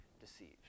deceived